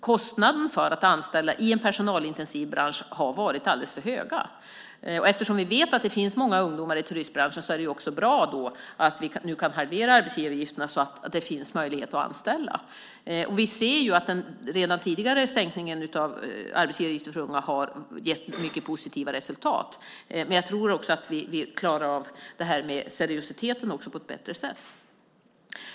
Kostnaden för att anställa i en personalintensiv bransch har varit alldeles för hög. Eftersom vi vet att det finns många ungdomar i turistbranschen är det ju bra att vi kan halvera arbetsgivaravgifterna så att det finns möjlighet att anställa. Vi ser att redan den tidigare sänkningen av arbetsgivaravgiften för unga har gett mycket positiva resultat. Men jag tror att vi också klarar av frågan om seriositet på ett bättre sätt.